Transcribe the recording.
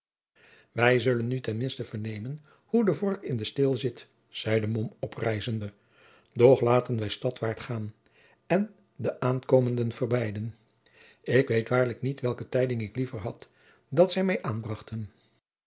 wij zullen nu ten minste vernemen hoe de vork in den steel zit zeide mom oprijzende doch laten wij stadwaart gaan en de aankomenden verbeiden ik weet waarlijk niet welke jacob van lennep de pleegzoon tijding ik liever had dat zij mij aanbrachten